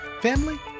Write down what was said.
family